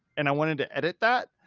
and i wanted to edit that.